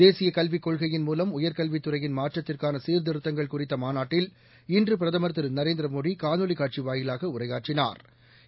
தேசியக் கல்விக் கொள்கையின் மூலம் உயர்கல்வித் துறையின் மாற்றத்திற்கானசீர்திருத்தங்கள் குறித்தமாநாட்டில் இன்றுபிரதமா் திருநரேந்திரமோடிகாணொலிகாட்சிவாயிலாகஉரையாற்றினாா்